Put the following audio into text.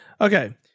okay